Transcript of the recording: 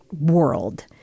world